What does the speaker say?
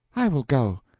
i will go.